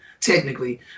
technically